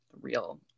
real